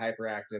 hyperactive